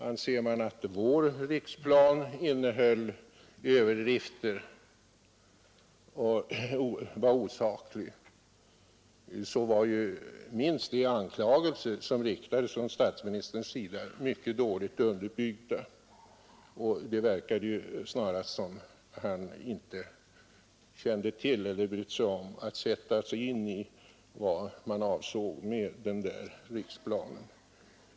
Anser man att vår riksplan innehöll överdrifter och var osaklig så var ju de anklagelser som statsministern uttalade minst sagt mycket dåligt underbyggda. Det verkade snarast som om han inte brytt sig om att sätta sig in i vad avsikten med centerns riksplan är.